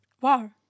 wow